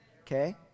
okay